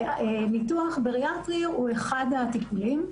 ניתוח בריאטרי הוא אחד הטיפולים.